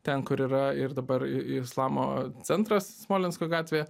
ten kur yra ir dabar ir islamo centras smolensko gatvėje